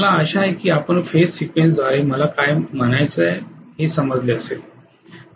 मला आशा आहे की आपण फेज सीक्वेन्स द्वारे मला काय म्हणायचे आहे हे समजले असेल